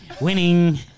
Winning